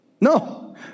No